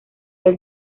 del